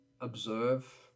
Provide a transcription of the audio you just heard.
observe